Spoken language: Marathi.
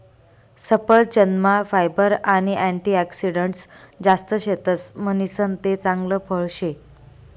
सफरचंदमा फायबर आणि अँटीऑक्सिडंटस जास्त शेतस म्हणीसन ते चांगल फळ शे